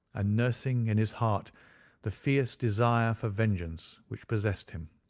and nursing in his heart the fierce desire for vengeance which possessed him.